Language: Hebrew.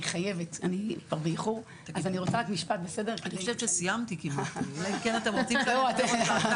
אני מנהל בית חולים גהה,